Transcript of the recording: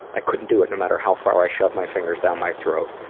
i couldn't do it no matter how far i shoved my fingers down my throat.